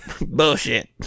Bullshit